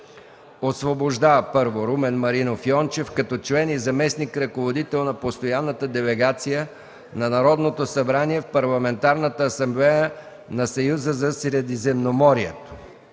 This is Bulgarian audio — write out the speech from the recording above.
Освобождава Румен Маринов Йончев като член и заместник-ръководител на Постоянната делегация на Народното събрание в Парламентарната асамблея на Съюза за Средиземноморието.